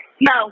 No